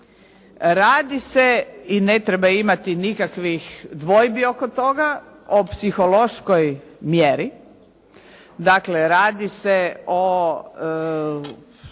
Radi se i ne treba imati nikakvih dvojbi oko toga o psihološkoj mjeri. Dakle radi se o